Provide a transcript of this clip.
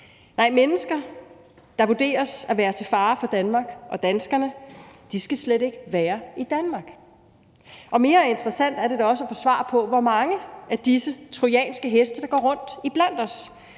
Nej, mennesker, der vurderes at være til fare for Danmark og danskerne, skal slet ikke være i Danmark. Og mere interessant er det da også at få svar på, hvor mange af disse trojanske heste der går rundt iblandt